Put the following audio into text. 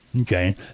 Okay